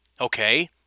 Okay